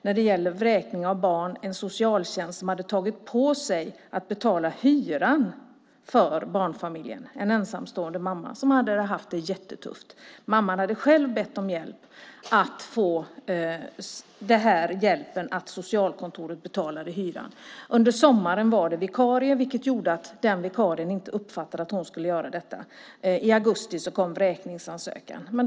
När det gäller vräkning av barn var jag själv med om att en socialtjänst tog på sig att betala hyran för en ensamstående mamma som hade det tufft. Mamman hade bett om hjälp att få hyran betald av socialkontoret. Under sommaren var det en vikarie som inte uppfattade att hon skulle betala in hyran. I augusti kom vräkningsansökan.